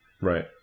Right